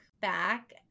back